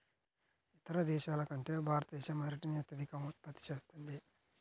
ఇతర దేశాల కంటే భారతదేశం అరటిని అత్యధికంగా ఉత్పత్తి చేస్తుంది